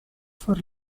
for